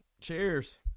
Cheers